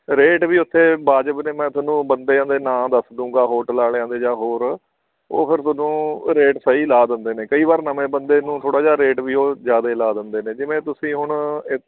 rate ਵੀ ਉੱਥੇ ਵਾਜਬ ਨੇ ਮੈਂ ਤੁਹਾਨੂੰ ਬੰਦਿਆਂ ਦੇ ਨਾਂ ਦੱਸ ਦੂੰਗਾ ਹੋਟਲ ਵਾਲਿਆਂ ਦੇ ਜਾਂ ਹੋਰ ਉਹ ਫਿਰ ਤੁਹਾਨੂੰ ਰੇਟ ਸਹੀ ਲਾ ਦਿੰਦੇ ਨੇ ਕਈ ਵਾਰ ਨਵੇਂ ਬੰਦੇ ਨੂੰ ਥੋੜ੍ਹਾ ਜਿਹਾ ਰੇਟ ਵੀ ਉਹ ਜ਼ਿਆਦੇ ਲਾ ਦਿੰਦੇ ਨੇ ਜਿਵੇਂ ਤੁਸੀਂ ਹੁਣ ਇ